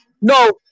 no